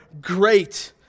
great